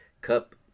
Cup